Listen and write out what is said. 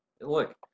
Look